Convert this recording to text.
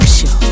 Show